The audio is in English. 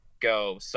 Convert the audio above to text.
go